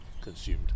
consumed